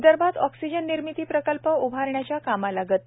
विदर्भात ऑक्सिजन निर्मिती प्रकल्प उभारण्याच्या कामाला गती